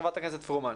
חברת הכנסת פרומן,